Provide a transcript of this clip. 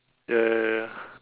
ya ya ya ya